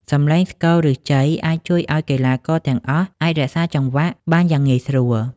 សម្លេងស្គរ ឬជ័យអាចជួយឲ្យកីឡាករទាំងអស់អាចរក្សាចង្វាក់បានយ៉ាងងាយស្រួល។